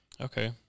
Okay